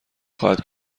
خواهد